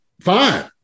Fine